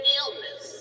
illness